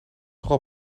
vooral